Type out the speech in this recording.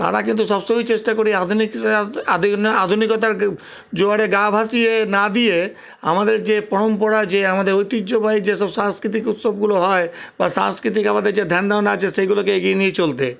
তারা কিন্তু সবসময় চেষ্টা করি আধুনিক আধুনিকতার জোয়ারে গা ভাসিয়ে না দিয়ে আমাদের যে পরম্পরা যে আমাদের ঐতিহ্যবাহী যে সব সাংস্কৃতিক উৎসবগুলো হয় বা সাংস্কৃতিক আমাদের যে ধ্যান ধারণা আছে সেগুলোকে এগিয়ে নিয়ে চলতে